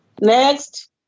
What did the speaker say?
Next